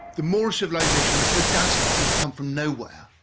the more civilization is so dazzling seem to come from nowhere.